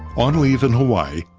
on leave in hawaii,